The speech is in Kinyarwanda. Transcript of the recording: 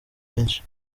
benshi